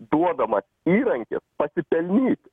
duodamas įrankis pasipelnyt